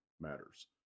matters